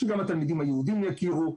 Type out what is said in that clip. שגם התלמידים היהודים יכירו.